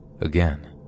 again